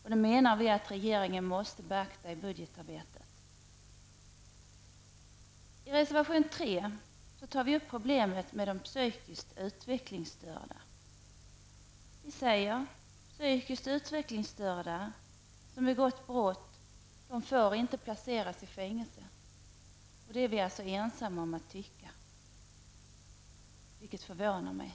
Vi menar att regeringen måste beakta det i budgetarbetet. I reservation 3 tar vi upp problemet med de psykiskt utvecklingsstörda. Vi säger att psykiskt utvecklingsstörda som begår brott inte får placeras i fängelse. Det är vi alltså ensamma om att tycka, vilket förvånar mig.